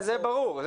זה ברור.